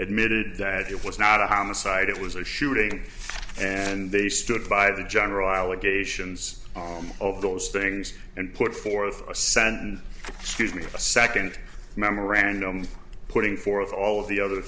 admitted that it was not a homicide it was a shooting and they stood by the general allegations of those things and put forth a sentence scuse me a second memorandum putting forth all of the other